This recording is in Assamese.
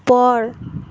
ওপৰ